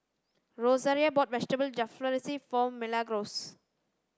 Rosaria bought Vegetable Jalfrezi for Milagros